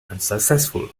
unsuccessful